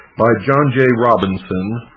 by john j. robinson,